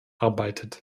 arbeitet